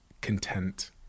content